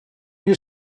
you